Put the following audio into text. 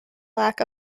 lack